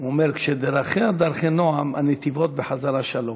הוא אומר: כשדרכיה דרכי נועם הנתיבות בחזרה שלום.